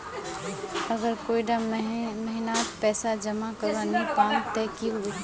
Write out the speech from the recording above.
अगर कोई डा महीनात पैसा जमा करवा नी पाम ते की होबे?